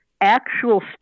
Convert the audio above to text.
actual